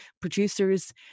producers